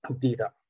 data